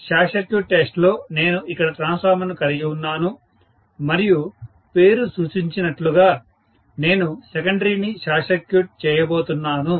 short circuit test లో నేను ఇక్కడ ట్రాన్స్ఫార్మర్ను కలిగి ఉన్నాను మరియు పేరు సూచించినట్లుగా నేను సెకండరీని షార్ట్ సర్క్యూట్ చేయబోతున్నాను